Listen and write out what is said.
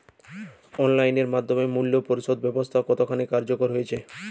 Online এর মাধ্যমে মূল্য পরিশোধ ব্যাবস্থাটি কতখানি কার্যকর হয়েচে?